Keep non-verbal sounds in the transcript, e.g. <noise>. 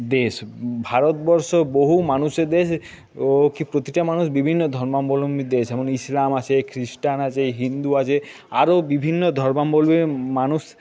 দেশ ভারতবর্ষ বহু মানুষের দেশ ও <unintelligible> প্রতিটা মানুষ বিভিন্ন ধর্মাবলম্বী দেশ যেমন ইসলাম আছে খ্রিস্টান আছে হিন্দু আছে আরও বিভিন্ন ধর্মাবলম্বী মানুষ